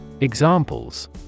Examples